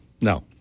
No